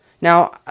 Now